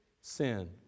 sin